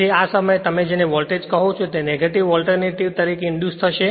તેથી આ સમયે તમે જેને વૉલ્ટેજ કહો છો તે નેગેટિવ ઓલ્ટરનેટિવ તરીકે ઇંડ્યુસ થશે